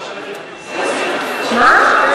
מה?